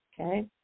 okay